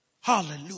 Hallelujah